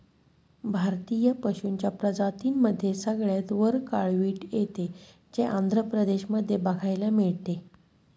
भारतीय पशूंच्या प्रजातींमध्ये सगळ्यात वर काळवीट येते, जे आंध्र प्रदेश मध्ये बघायला मिळते